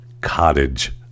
cottage